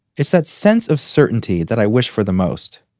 it's that sense of certainty that i wish for the most.